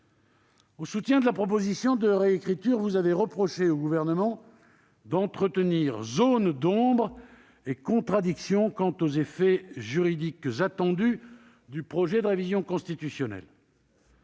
Au soutien de la proposition de réécriture, vous avez reproché au Gouvernement d'entretenir zones d'ombre et contradictions quant aux effets juridiques attendus du projet de révision constitutionnelle.